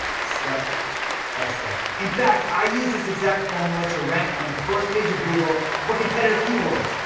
step by step. in fact i used this exact formula to rank on the first page of google for competitive keywords,